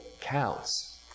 counts